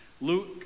Luke